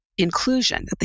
inclusion